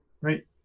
Right